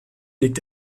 liegt